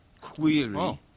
query